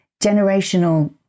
Generational